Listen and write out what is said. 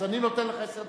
אז אני נותן לך עשר דקות,